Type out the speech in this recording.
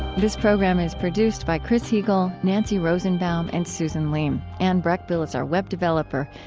this program is produced by chris heagle, nancy rosenbaum, and susan leem. anne breckbill is our web developer.